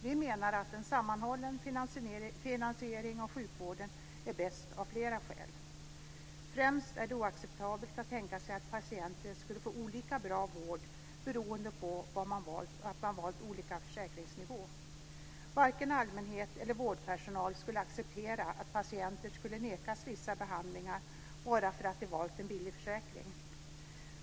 Vi menar att en sammanhållen finansiering av sjukvården är bäst av flera skäl. Främst är det oacceptabelt att tänka sig att patienter skulle få olika bra vård beroende på att de har valt olika försäkringsnivåer - varken allmänhet eller vårdpersonal skulle acceptera att patienter skulle nekas vissa behandlingar bara för att de valt en billig försäkring.